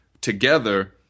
together